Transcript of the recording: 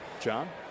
John